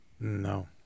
No